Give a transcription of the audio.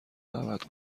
دعوت